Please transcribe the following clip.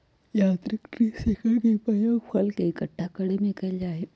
यांत्रिक tree shaker के प्रयोग फल के इक्कठा करे में कइल जाहई